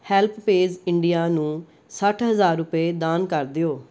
HelpAge India ਨੂੰ ਸੱਠ ਹਜ਼ਾਰ ਰੁਪਏ ਦਾਨ ਕਰ ਦਿਓ